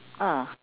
ah